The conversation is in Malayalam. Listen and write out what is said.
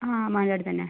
ആ മാനന്തവാടി തന്നെ